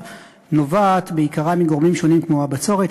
נובעת בעיקרה מגורמים שונים כמו הבצורת,